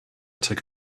take